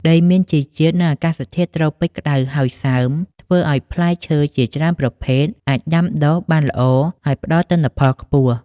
ដីមានជីជាតិ និងអាកាសធាតុត្រូពិចក្តៅហើយសើម ធ្វើឲ្យផ្លែឈើជាច្រើនប្រភេទអាចដាំដុះបានល្អ ហើយផ្តល់ទិន្នផលខ្ពស់។